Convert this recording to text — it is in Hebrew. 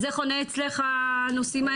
זה חונה אצלך הנושאים האלה?